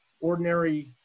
ordinary